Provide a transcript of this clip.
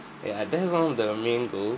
ya that's one of the main goals